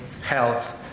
health